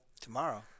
Tomorrow